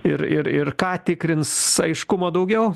ir ir ir ką tikrins aiškumo daugiau